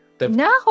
no